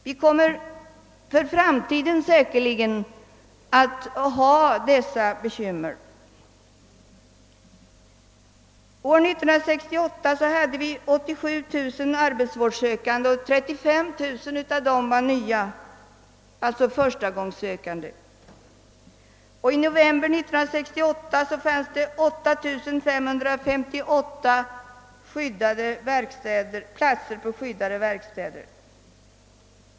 Det är ett bekymmer som vi kommer att ha även framdeles. År 1968 fanns det 87 000 arbetsvårdssökande, och av dem var 35 000 förstagångssökande. I november i fjol hade man 8 558 platser vid de skyddade verkstäderna.